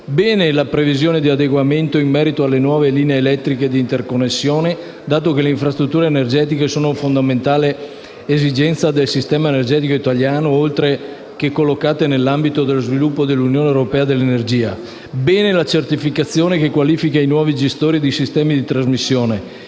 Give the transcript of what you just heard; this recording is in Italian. bene la previsione dell'adeguamento in merito alle nuove linee elettriche d'interconnessione, dato che le infrastrutture energetiche sono una fondamentale esigenza del sistema energetico italiano, oltre che collocate nell'ambito dello sviluppo dell'Unione europea dell'energia; bene la certificazione che qualifica i nuovi gestori dei sistemi di trasmissione.